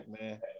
man